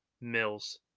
Mills